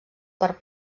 per